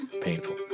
painful